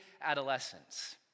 adolescence